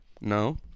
No